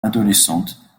adolescente